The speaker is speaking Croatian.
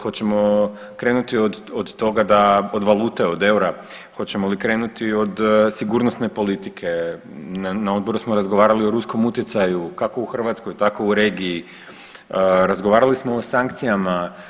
Hoćemo krenuti od toga da, od valute od eura, hoćemo li krenuti od sigurnosne politike, na odboru smo razgovarali o ruskom utjecaju kako u Hrvatskoj, tako u regiji, razgovarali smo o sankcijama.